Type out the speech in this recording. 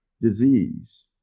disease